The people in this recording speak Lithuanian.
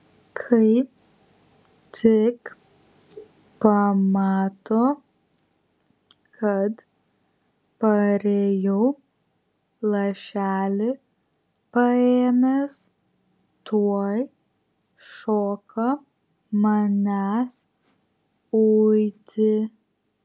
kai tik pamato kad parėjau lašelį paėmęs tuoj šoka manęs uiti